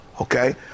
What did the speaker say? Okay